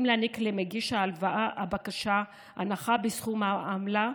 אם להעניק למגיש הבקשה הנחה בסכום העמלה,